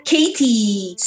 Katie